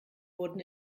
wurden